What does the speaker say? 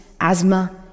asthma